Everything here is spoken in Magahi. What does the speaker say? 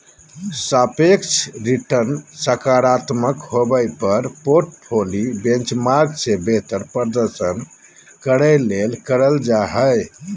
सापेक्ष रिटर्नसकारात्मक होबो पर पोर्टफोली बेंचमार्क से बेहतर प्रदर्शन करे ले करल जा हइ